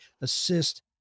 assist